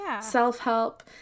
self-help